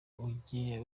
ujye